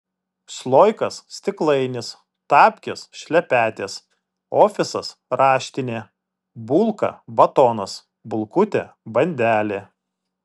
sloikas stiklainis tapkės šlepetės ofisas raštinė bulka batonas bulkutė bandelė